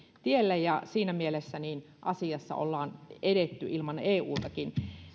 tielle ja siinä mielessä asiassa ollaan edetty ilman eutakin